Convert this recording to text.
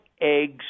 eggs